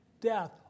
death